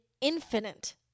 infinite